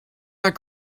not